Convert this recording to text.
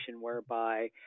whereby